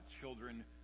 children